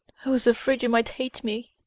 i was afraid you might hate me.